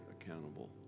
accountable